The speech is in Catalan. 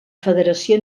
federació